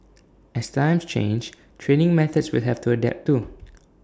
as times change training methods will have to adapt too